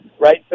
Right